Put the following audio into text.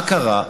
מה קרה?